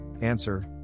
answer